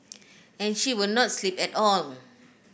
and she would not sleep at on